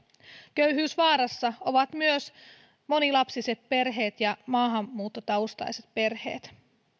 köyhyysvaarassa ovat myös monilapsiset perheet ja maahanmuuttotaustaiset perheet